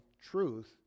truth